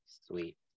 sweet